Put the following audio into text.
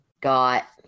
Got